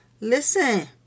Listen